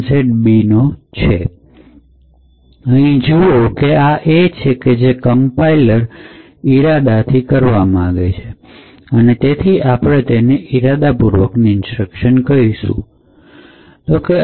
હવે અહીં જુઓ કે આ એ છે કે જે compiler ઇરાદાથી કરવા માંગે છે અને તેથી અને આપણે ઇરાદાપૂર્વકની ઇન્સ્ટ્રક્શન કહીશું હું